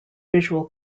visual